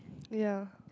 ya